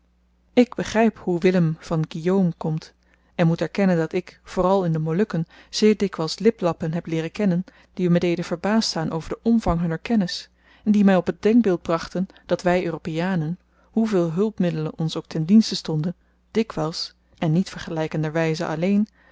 ik begryp hoe willem van guillaume komt en moet erkennen dat ik vooral in de molukken zeer dikwyls liplappen heb leeren kennen die me deden verbaasd staan over den omvang hunner kennis en die my op t denkbeeld brachten dat wy europeanen hoeveel hulpmiddelen ons ook ten dienste stonden dikwyls en niet vergelykender wyze alleen verre